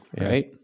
right